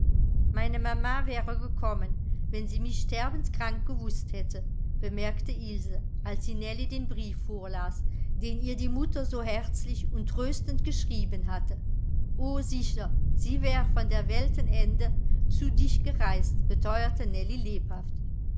meine mama wäre gekommen wenn sie mich sterbenskrank gewußt hätte bemerkte ilse als sie nellie den brief vorlas den ihr die mutter so herzlich und tröstend geschrieben hatte o sicher sie wär von der welten ende zu dich gereist